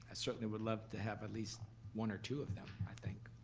ah certainly would love to have at least one or two of them, i think,